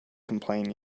complain